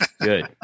Good